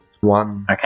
One